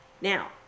Now